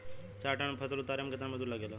चार टन फसल उतारे में कितना मजदूरी लागेला?